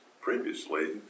previously